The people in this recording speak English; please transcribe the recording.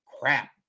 crap